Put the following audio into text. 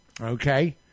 okay